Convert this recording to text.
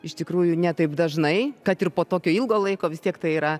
iš tikrųjų ne taip dažnai kad ir po tokio ilgo laiko vis tiek tai yra